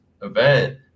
event